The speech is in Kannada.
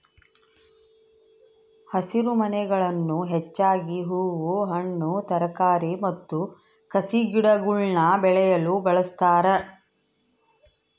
ಹಸಿರುಮನೆಗಳನ್ನು ಹೆಚ್ಚಾಗಿ ಹೂ ಹಣ್ಣು ತರಕಾರಿ ಮತ್ತು ಕಸಿಗಿಡಗುಳ್ನ ಬೆಳೆಯಲು ಬಳಸ್ತಾರ